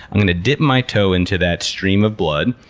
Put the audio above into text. i'm going to dip my toe into that stream of blood,